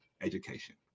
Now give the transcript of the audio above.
education